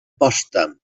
potsdam